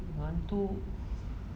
mengantuk